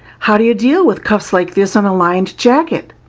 how do you deal with cuffs like this on a lined jacket?